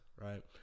right